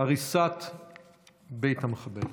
הריסת בית המחבל.